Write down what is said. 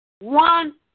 one